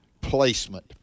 placement